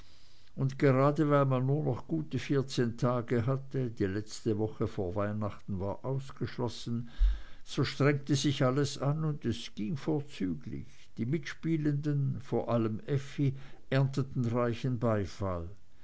und gerade weil man nur noch gute vierzehn tage hatte die letzte woche vor weihnachten war ausgeschlossen so strengte sich alles an und es ging vorzüglich die mitspielenden vor allem effi ernteten reichen beifall